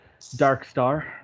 Darkstar